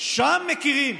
שם מכירים,